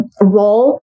role